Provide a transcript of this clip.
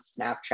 Snapchat